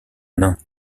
nain